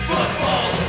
Football